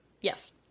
Yes